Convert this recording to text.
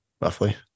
roughly